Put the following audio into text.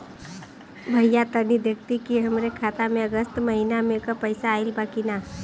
भईया तनि देखती की हमरे खाता मे अगस्त महीना में क पैसा आईल बा की ना?